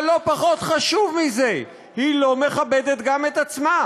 אבל לא פחות חשוב מזה, היא לא מכבדת גם את עצמה.